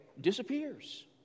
disappears